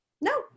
No